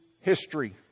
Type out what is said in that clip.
history